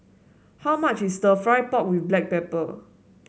how much is stir fry pork with Black Pepper